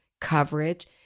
coverage